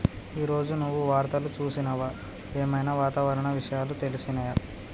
ఈ రోజు నువ్వు వార్తలు చూసినవా? ఏం ఐనా వాతావరణ విషయాలు తెలిసినయా?